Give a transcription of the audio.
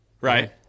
right